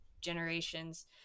generations